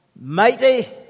Mighty